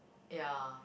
ya